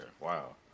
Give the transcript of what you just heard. Wow